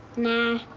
know?